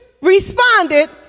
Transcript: responded